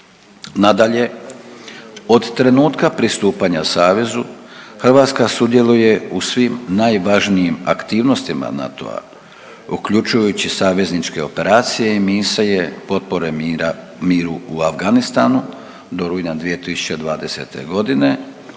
Nadalje, od trenutka pristupanja savezu Hrvatska sudjeluje u svim najvažnijim aktivnostima NATO-a uključujući savezničke operacije i misije potpore miru u Afganistanu do rujna 2020. godine,